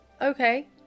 Okay